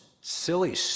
silly